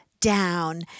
down